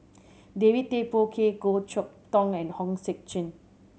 David Tay Poey Cher Goh Chok Tong and Hong Sek Chern